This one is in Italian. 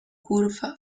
curva